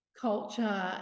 culture